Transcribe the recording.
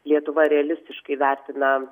lietuva realistiškai vertina